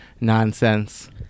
nonsense